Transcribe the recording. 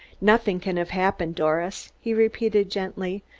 nothing can have happened, doris, he repeated gently.